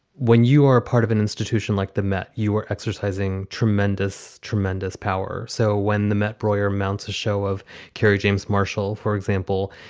when you are a part of an institution like the met, you are exercising tremendous, tremendous power. so when the met broyer mounts a show of kerry james marshall, for example,